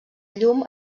llum